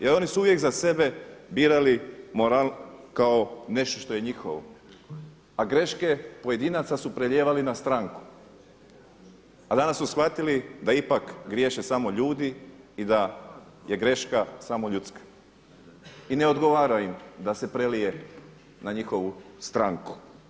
Jer oni su uvijek za sebe birali moral kao nešto što je njihovo, a greške pojedinaca su prelijevali na stranku, a danas su shvatili da ipak griješe samo ljudi i da je greška samo ljudska i ne odgovara im da se prelije na njihovu stranku.